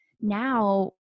Now